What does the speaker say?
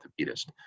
orthopedist